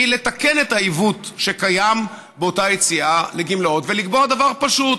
היא לתקן את העיוות שקיים באותה יציאה לגמלאות ולקבוע דבר פשוט: